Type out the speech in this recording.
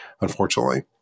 unfortunately